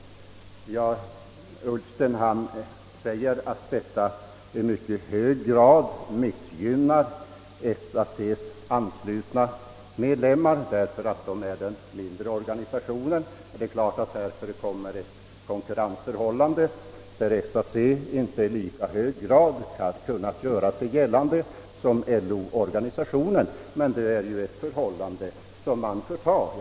Herr Ullsten menar att denna klausul i mycket hög grad missgynnar SAC anslutna medlemmar, eftersom dessa tillhör den mindre organisationen. Självfallet föreligger det ett konkurrensförhållande, varvid SAC inte i lika hög grad som LO kunnat göra sig gällande, men detta är ett förhållande som man får finna sig i.